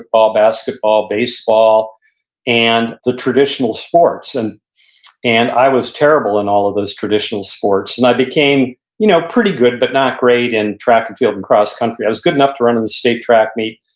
ah basketball, baseball and the traditional sports. and and i was terrible in all of those traditional sports and i became you know pretty good but not great in track and field and cross country. i was good enough to run in the state track meet,